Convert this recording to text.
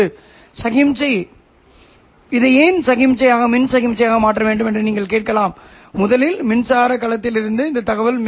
எனவே இதன் செயல்பாட்டுக் கொள்கை என்னவென்றால் உதாரணமாக s ஐ சைனூசாய்டல் சமிக்ஞை என்று கருதினால் எந்த கட்டம் பண்பேற்றப்பட்டிருக்கிறது என்று சொல்லலாம்